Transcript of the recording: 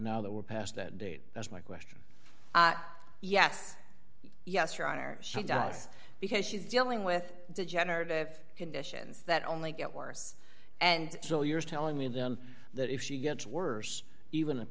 now that we're past that date that's my question yes yes your honor she does because she's dealing with degenerative conditions that only get worse and so you're telling me then that if she gets worse even